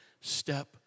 step